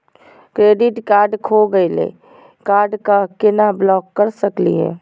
Credit card खो गैली, card क केना ब्लॉक कर सकली हे?